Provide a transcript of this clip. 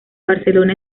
barcelona